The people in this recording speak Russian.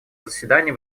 заседания